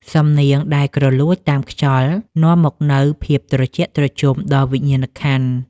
សំនៀងដែលគ្រលួចតាមខ្យល់ នាំមកនូវភាពត្រជាក់ត្រជុំដល់វិញ្ញាណក្ខន្ធ។